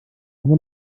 haben